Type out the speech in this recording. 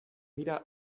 dira